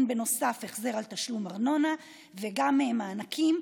בנוסף החזר על תשלום ארנונה וגם מענקים,